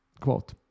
Quote